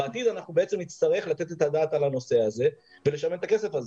בעתיד אנחנו נצטרך לתת את הדעת על הנושא הזה ולשלם את הכסף הזה.